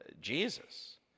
Jesus